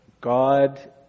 God